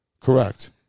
Correct